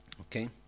Okay